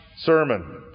sermon